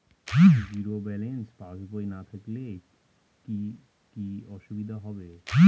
Zero balance passbook না থাকলে কি কী অসুবিধা হবে?